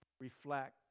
reflect